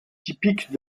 typique